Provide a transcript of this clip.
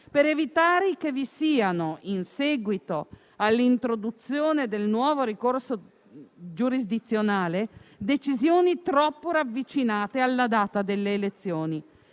per evitare che vi siano, in seguito all'introduzione del nuovo ricorso giurisdizionale, decisioni troppo ravvicinate alla data delle elezioni.